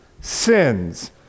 sins